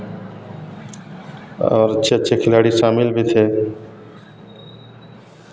और अच्छे अच्छे खिलाड़ी शामिल भी थे